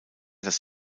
das